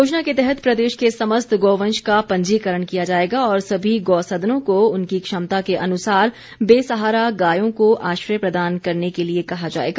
योजना के तहत प्रदेश के समस्त गौवंश का पंजीकरण किया जाएगा और सभी गौ सदनों को उनकी क्षमता के अनुसार बेसहारा गायों को आश्रय प्रदान करने के लिए कहा जाएगा